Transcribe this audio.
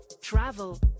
travel